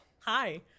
hi